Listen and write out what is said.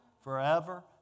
forever